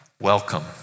welcome